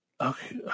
Okay